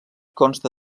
consta